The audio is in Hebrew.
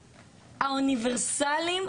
האוניברסליים,